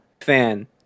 fan